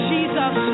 Jesus